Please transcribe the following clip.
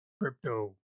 crypto